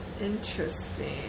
Interesting